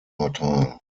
neutral